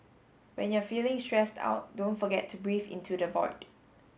when you are feeling stressed out don't forget to breathe into the void